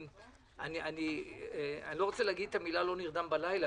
אני לא רוצה להגיד שאני לא נרדם בלילה,